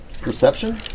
Perception